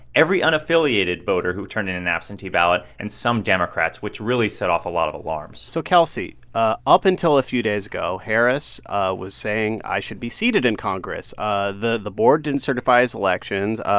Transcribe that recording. every unaffiliated voter who turned into an absentee ballot and some democrats, which really set off a lot of alarms so, kelsey, ah up until a few days ago, harris ah was saying, i should be seated in congress. ah the the board didn't certify his elections.